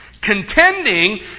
Contending